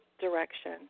direction